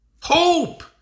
Hope